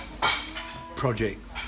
project